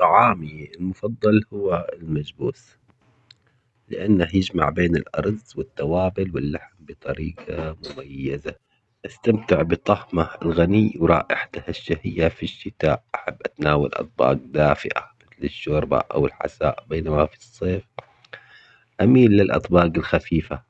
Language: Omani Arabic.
طعامي المفضل هو المجبوس لأنه يجمع بين الأرز والتوابل واللحم بطريقة مميزة، أستمتع بطعمه الغني ورائحته الشهية في الشتاء أحب أتناول أطباق دافئة مثل الشوربة أو الحساء بينما في الصيف أميل للأطباق الخفيفة